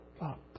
up